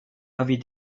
avis